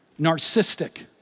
narcissistic